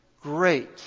great